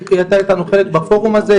היא הייתה איתנו חלק מהפורום הזה,